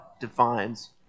defines